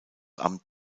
amt